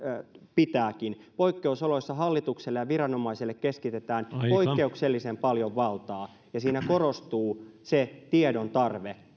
pitääkin poikkeusoloissa hallitukselle ja viranomaisille keskitetään poikkeuksellisen paljon valtaa ja siinä korostuu se tiedon tarve